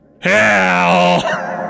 HELL